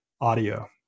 audio